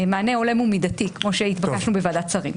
מענה הולם ומידתי כמו שהתבקשנו בוועדת שרים.